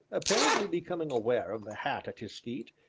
apparently becoming aware of the hat at his feet,